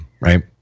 right